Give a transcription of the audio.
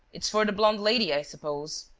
it's for the blonde lady, i suppose?